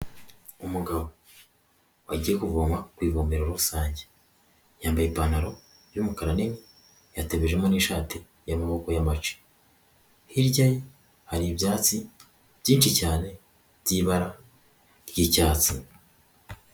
Umugabo wagiye kuvoma ku ivomero rusange, yambaye ipantaro y'umukara nini yatebejemo n'ishati y'amaboko ya mace, hirya yaho hari ibyatsi byinshi cyane byibara ry'icyatsi.